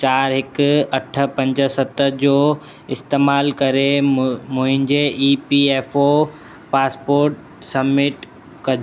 चार हिकु अठ पंज सत जो इस्तेमाल करे मु मुंहिंजे E P F O passport submit क